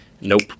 nope